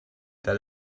that